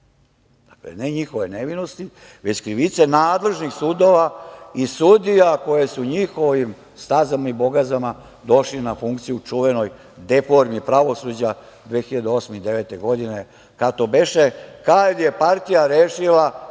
Dakle, ne njihove nevinosti, već krivice nadležnih sudova i sudija koje su njihovim stazama i bogazama došli na funkciju, čuvenoj deponiji pravosuđa 2008. i 2009. godine, kada je partija rešila